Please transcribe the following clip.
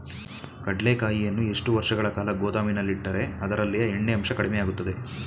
ಕಡ್ಲೆಕಾಯಿಯನ್ನು ಎಷ್ಟು ವರ್ಷಗಳ ಕಾಲ ಗೋದಾಮಿನಲ್ಲಿಟ್ಟರೆ ಅದರಲ್ಲಿಯ ಎಣ್ಣೆ ಅಂಶ ಕಡಿಮೆ ಆಗುತ್ತದೆ?